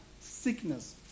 sickness